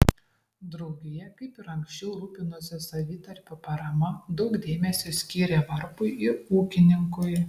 draugija kaip ir anksčiau rūpinosi savitarpio parama daug dėmesio skyrė varpui ir ūkininkui